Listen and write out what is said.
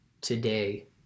today